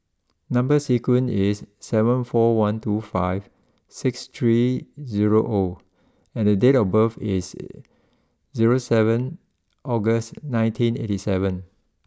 number sequence is seven four one two five six three zero O and date of birth is zero seven August nineteen eighty seven